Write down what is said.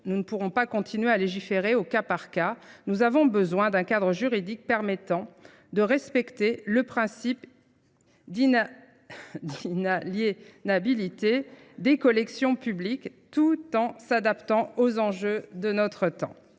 Nous ne pourrons pas continuer à légiférer au cas par cas. Nous avons besoin d'un cadre juridique permettant de respecter le principe d'inaliabilité des collections publiques tout en s'adaptant aux enjeux de notre temps.